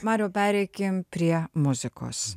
mariau pereikim prie muzikos